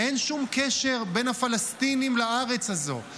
אין שום קשר בין הפלסטינים לארץ הזאת.